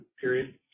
period